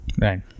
Right